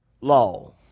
law